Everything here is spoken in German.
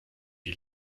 die